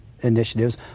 initiatives